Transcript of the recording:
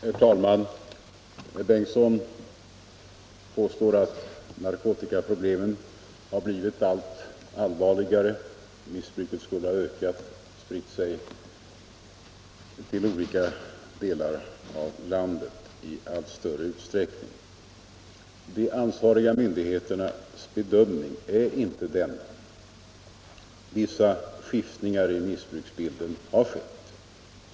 Herr talman! Herr Bengtsson i Göteborg påstår att narkotikaproblemen har blivit allt allvarligare och att missbruket skulle ha ökat och spritt sig till olika delar av landet i allt större utsträckning. De ansvariga myndigheternas bedömning är inte denna. Vissa skiftningar i missbruksbilden har skett.